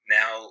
now